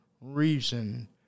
reason